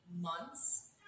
months